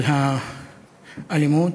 של האלימות.